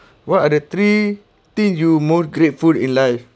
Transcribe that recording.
what are the three thing you most grateful in life